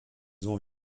ont